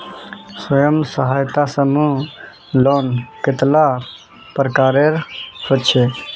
स्वयं सहायता समूह लोन कतेला प्रकारेर होचे?